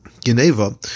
geneva